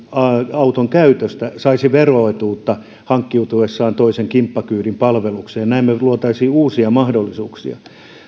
auton käytöstä saisi veroetuutta hankkiutuessaan toisen kimppakyydin palvelukseen näin me loisimme uusia mahdollisuuksia